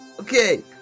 Okay